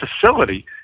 facility